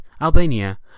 Albania